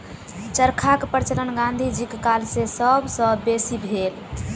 चरखाक प्रचलन गाँधी जीक काल मे सब सॅ बेसी भेल